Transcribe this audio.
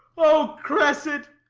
o cressid!